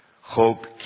Hope